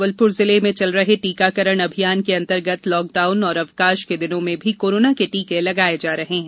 जबलपुर जिले में चल रहे टीकाकरण अभियान के अंतर्गत लॉकडाउन और अवकाश के दिनों में भी कोरोना के टीके लगाए जा रहे हैं